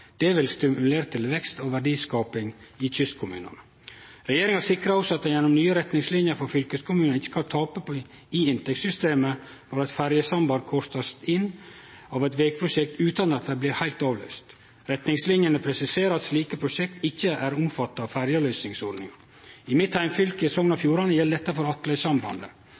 Det vil stimulere til vekst og verdiskaping i kystkommunane. Regjeringa sikrar også gjennom nye retningslinjer at fylkeskommunane ikkje skal tape i inntektssystemet når eit ferjesamband blir korta inn av eit vegprosjekt utan at det blir heilt avløyst. Retningslinjene presiserer at slike prosjekt ikkje er omfatta av ferjeavløysingsordninga. I mitt heimfylke, Sogn og Fjordane, gjeld dette for